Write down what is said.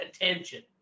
attention